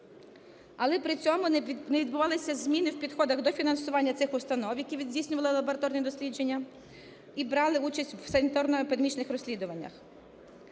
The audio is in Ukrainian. Але при цьому не відбувалися зміни в підходах до фінансування цих установ, які здійснювали ці лабораторні дослідження і брали участь в санітарно-епідемічних розслідуваннях.